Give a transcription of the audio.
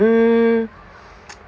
mm